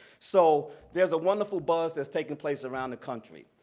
so there's a wonderful buzz that's taking place around the country.